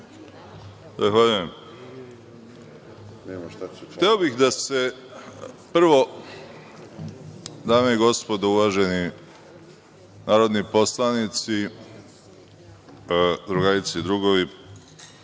Zahvaljujem. Hteo bih da se prvo, dame i gospodo uvaženi narodni poslanici, drugarice i drugovi,